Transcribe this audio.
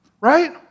right